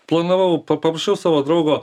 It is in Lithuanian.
planavau pa paprašiau savo draugo